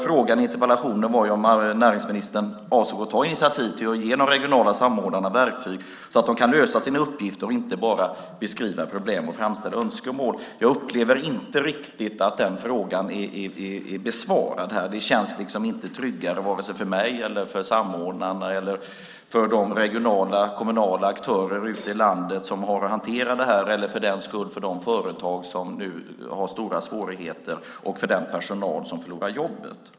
Frågan i interpellationen var om näringsministern avsåg att ta initiativ till att ge de regionala samordnarna verktyg så att de kan lösa sin uppgift, inte bara beskriva problem och framställa önskemål. Jag upplever inte att den frågan riktigt är besvarad. Det känns inte tryggare vare sig för mig, för samordnarna eller för de regionala och kommunala aktörerna ute i landet som har att hantera detta, och för den delen inte heller för de företag som nu har stora svårigheter eller för den personal som förlorar jobbet.